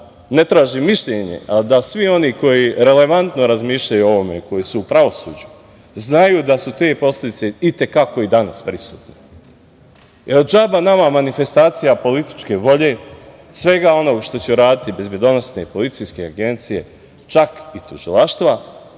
ne tražim mišljenje a da svi oni koji relevantno razmišljaju o ovome, koji su u pravosuđu, znaju da su te posledice i te kako i danas prisutne. Jer, džaba nama manifestacija političke volje, svega ona što će raditi bezbedonosne i policijske agencije, čak i tužilaštva,